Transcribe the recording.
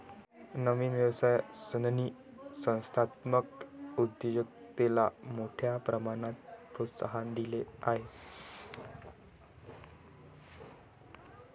नवीन व्यवसाय संधींनी संस्थात्मक उद्योजकतेला मोठ्या प्रमाणात प्रोत्साहन दिले आहे